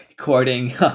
Quoting